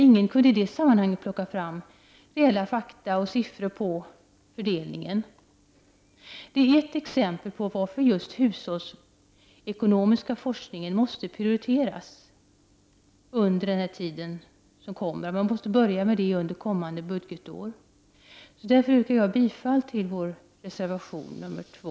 Ingen kunde i det sammanhanget plocka fram reella fakta och siffror. Det är ett exempel som visar varför just hushållsekonomisk forskning måste prioriteras. Man måste börja med sådan forskning under kommande budgetår. Jag yrkar bifall till vår reservation 2.